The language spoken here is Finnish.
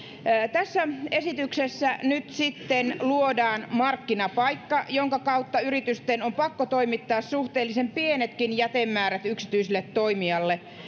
tässä esityksessä nyt sitten luodaan markkinapaikka jonka kautta yritysten on pakko toimittaa suhteellisen pienetkin jätemäärät yksityiselle toimijalle